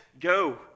Go